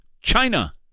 China